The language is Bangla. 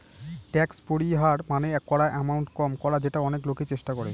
ট্যাক্স পরিহার মানে করা এমাউন্ট কম করা যেটা অনেক লোকই চেষ্টা করে